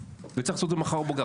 וצריך לעשות את זה מחר בבוקר.